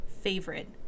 favorite